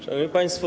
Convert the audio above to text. Szanowni Państwo!